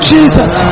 Jesus